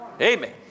Amen